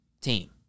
team